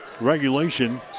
regulation